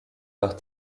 leurs